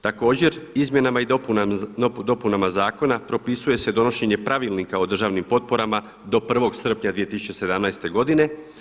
Također izmjenama i dopunama zakona propisuje se donošenje pravilnika o državnim potporama do 1. srpnja 2017. godine.